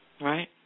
Right